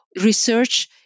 research